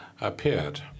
appeared